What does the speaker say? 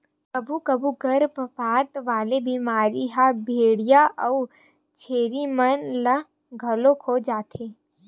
कभू कभू गरभपात वाला बेमारी ह भेंड़िया अउ छेरी मन ल घलो हो जाथे